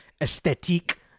aesthetic